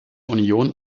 union